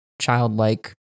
childlike